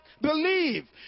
believe